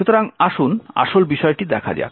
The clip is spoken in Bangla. সুতরাং আসুন আসল বিষয়টি দেখা যাক